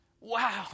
Wow